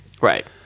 right